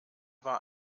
war